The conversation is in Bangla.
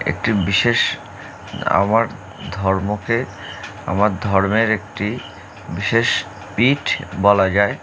একটি বিশেষ আমার ধর্মকে আমার ধর্মের একটি বিশেষ পীঠ বলা যায়